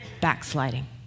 backsliding